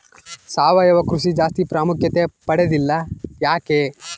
ಸಾವಯವ ಕೃಷಿ ಜಾಸ್ತಿ ಪ್ರಾಮುಖ್ಯತೆ ಪಡೆದಿಲ್ಲ ಯಾಕೆ?